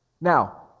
Now